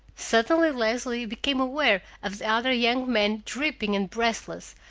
suddenly leslie became aware of the other young man dripping and breathless,